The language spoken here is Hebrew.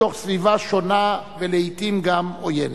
בתוך סביבה שונה, לעתים גם עוינת.